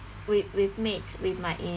with with maids with my